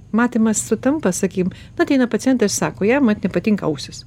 matymas sutampa sakykim ateina pacientai ir sako jam mat nepatinka ausys